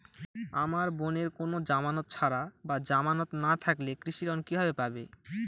আমার বোনের কোন জামানত ছাড়া বা জামানত না থাকলে কৃষি ঋণ কিভাবে পাবে?